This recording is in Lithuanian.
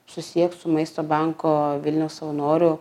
susisiek su maisto banko vilniaus savanorių